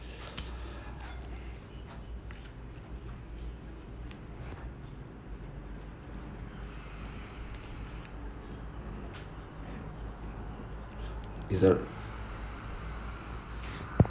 it's a